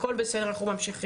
אנחנו ממשיכים.